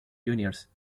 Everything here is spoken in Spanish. juniors